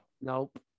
Nope